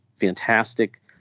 fantastic –